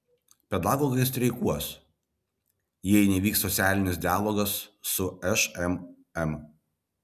pedagogai streikuos jei nevyks socialinis dialogas su šmm